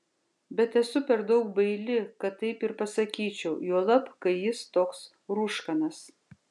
bet esu per daug baili kad taip ir pasakyčiau juolab kai jis toks rūškanas